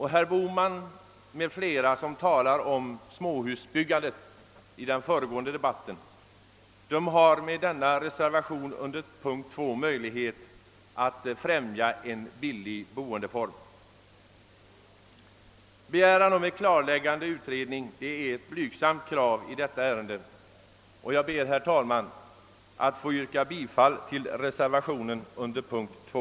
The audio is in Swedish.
Herr Bohman med flera, som talade om småhusbyggandet i den föregående debatten, har genom reservationen under punkt 2 möjlighet att främja en billig boendeform. Begäran om en klarläggande utredning är ett blygsamt krav i detta ärende. Jag ber, herr talman, att få yrka bifall till reservationen under punkt 2.